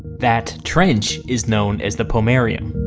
that trench is known as the pomerium.